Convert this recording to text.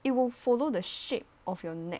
it will follow the shape of your neck